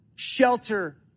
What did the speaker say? shelter